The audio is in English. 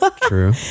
True